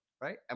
Right